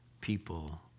people